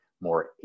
more